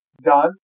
done